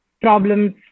problems